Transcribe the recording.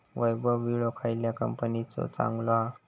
वैभव विळो खयल्या कंपनीचो चांगलो हा?